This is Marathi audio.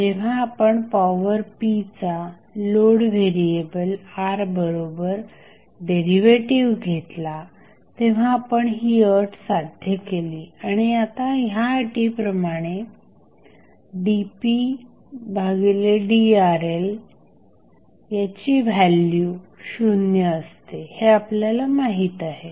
जेव्हा आपण पॉवर p चा लोड व्हेरिएबल RL बरोबर डेरिव्हेटिव्ह घेतला तेव्हा आपण ही अट साध्य केली आणि आता ह्या अटीप्रमाणे dpdRLयाची व्हॅल्यू शून्य असते हे आपल्याला माहित आहे